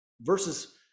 versus